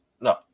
No